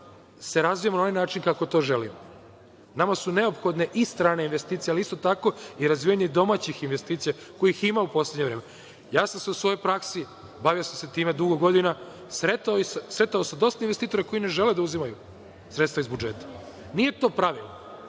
se razvijemo na onaj način kako to želimo. Nama su neophodne i strane investicije, ali isto tako i razvijanje i domaćih investicija, kojih ima u poslednje vreme. U svojoj praksi, bavio sam se time dugo godina, sretao dosta investitora koji ne žele da uzimaju sredstva iz budžeta. Nije to pravilo